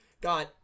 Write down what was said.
got